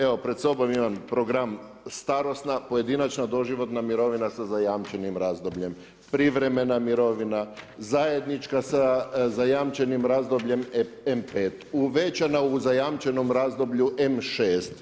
Evo, pred sobom imam program starosna, pojedinačna, doživotna mirovina sa zajamčenim razdobljem, privremena mirovina, zajednička sa zajamčenim razdobljem M5, uvećana u zajamčenom razdoblju M6.